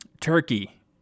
turkey